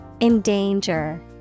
Endanger